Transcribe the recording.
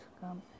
come